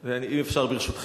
אם אפשר, ברשותכם.